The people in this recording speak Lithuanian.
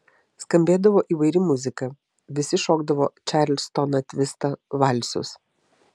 skambėdavo įvairi muzika visi šokdavo čarlstoną tvistą valsus